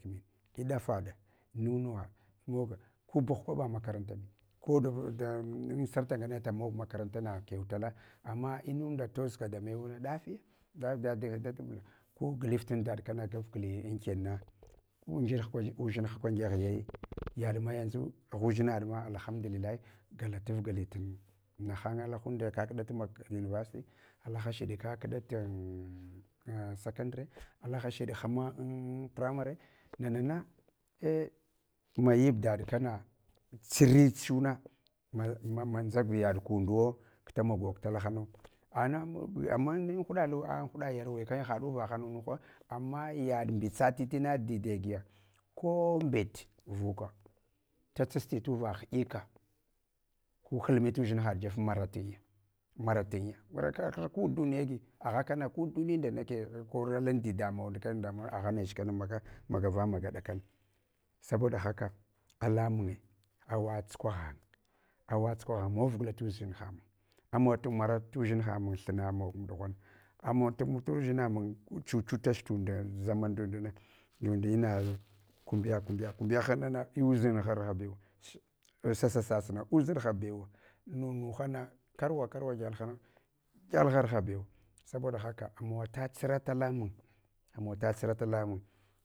Di dafaɗa nunuwaɗ tumaga ku bugh kwa ɓa makarantami, koda ansarta ngana makarantama kyautala, ama inunda tuʒka damewna ɗafeya ɗafba fed dag ku gliftan daɗ kama galgli ankenna, udʒinha kwan ngeghe yayi. Yaɗma yanʒu agha udʒinaɗ na alhamdullahi, galataf galai nahan alunda kakda university, alasheɗe kak ɗa sakandare, alashide hma an pramare nana na ei mayib daɗkana tsiiribhhuna mamanzabyaɗ kunduwo, kdamagog talahanu gna ama an huɗa yarwi kana ha uvah hamu ko, ama yaɗ mbusati tina dide giya ko mbet vuka tatsasti tu vah hiɗka, ku hlmi tuʒin haɗ jef maratanya, maratanya, warka ku dunye ge aghakana duk munda kar alan dida mawa ndamawa agha nech kana magawa maga dakana, saboda haka damunge awa tsukwa hang awa tsukwa hang amawaf gla tudʒinha, amawatan mara tu dʒinamawa thana mawa ɗighan. Ama tumtur udʒinamun chuchutach tunda kunbiyah kumbiyah kumbiyah nana uʒin harha bewa, sasa sasna udʒin harha bew. Nunu hana, karwa karwa gyaghalha gyghal harha bew. Saboda haka amawa ta tsura talamun, amawata tsura talamun.